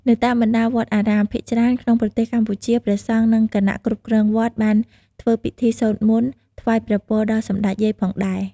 នៅតាមបណ្តាវត្តអារាមភាគច្រើនក្នុងប្រទេសកម្ពុជាព្រះសង្ឃនិងគណៈគ្រប់គ្រងវត្តបានធ្វើពិធីសូត្រមន្ត ថ្វាយព្រះពរដល់សម្តេចយាយផងដែរ។